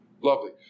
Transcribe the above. Lovely